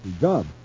job